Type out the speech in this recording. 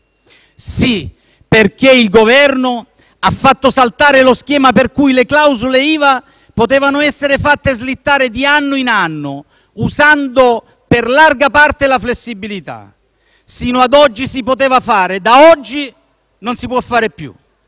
Sì, perché il Governo ha fatto saltare lo schema per cui le clausole IVA potevano essere fatte slittare di anno in anno, usando per larga parte la flessibilità. Sino a oggi si poteva fare, da oggi non più.